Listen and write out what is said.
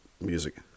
music